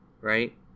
right